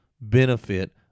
benefit